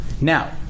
Now